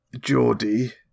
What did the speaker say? Geordie